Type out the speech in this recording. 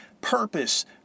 purpose